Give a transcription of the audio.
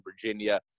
Virginia